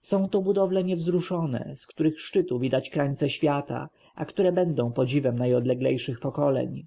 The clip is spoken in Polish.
są to budowle niewzruszone z których szczytu widać krańce świata a które będą podziwem najodleglejszych pokoleń